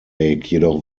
jedoch